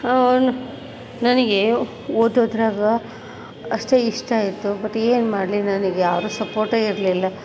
ನನಗೆ ಓದೋದ್ರಲ್ಲಿ ಅಷ್ಟೇ ಇಷ್ಟ ಇತ್ತು ಬಟ್ ಏನು ಮಾಡಲಿ ನನಗ್ ಯಾರು ಸಪೋರ್ಟೆ ಇರಲಿಲ್ಲ